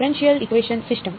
differential equation system